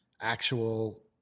actual